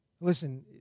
listen